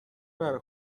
بره